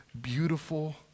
beautiful